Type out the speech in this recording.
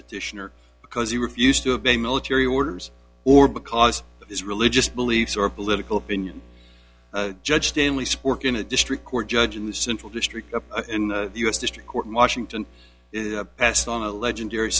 petitioner because he refused to obey military orders or because of his religious beliefs or political opinion judge stanley spork in a district court judge in the central district in the u s district court in washington passed on a legendary